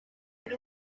aha